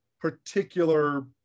particular